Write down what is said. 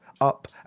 up